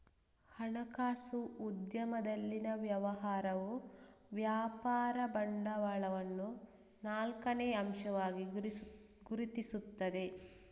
ಹಣಕಾಸು ಉದ್ಯಮದಲ್ಲಿನ ವ್ಯವಹಾರವು ವ್ಯಾಪಾರ ಬಂಡವಾಳವನ್ನು ನಾಲ್ಕನೇ ಅಂಶವಾಗಿ ಗುರುತಿಸುತ್ತದೆ